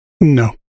No